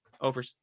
over